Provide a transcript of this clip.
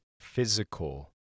physical